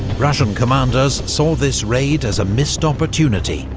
russian commanders saw this raid as a missed opportunity.